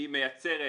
היא מייצרת